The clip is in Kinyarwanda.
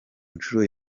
nshuro